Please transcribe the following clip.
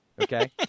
okay